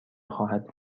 خواهد